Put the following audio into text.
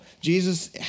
Jesus